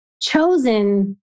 chosen